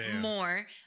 more